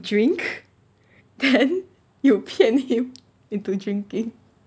drink then you 骗 him into drinking